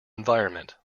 environment